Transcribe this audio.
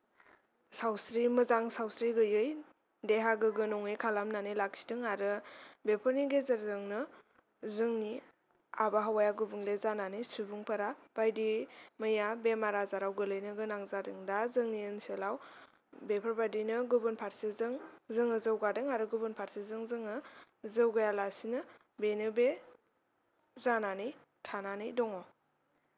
सावस्रि मोजां सावस्रि गैयै देहा गोग्गो नङै खालामनानै लाखिदों आरो बेफोरनि गेजेरजोंनो जोंनि आबहावाया गुबुंले जानानै सुबुंफोरा बायदि मैया बेमार आजाराव गोलैनो गोनां जादों दा जोंनि ओनसोलाव बेफोरबादिनो गुबुनफारसेजों जोङो जौगादों आरो गुबुनफारसेजों जोङो जौगायालासेनो बेनो बे जानानै थानानै दङ'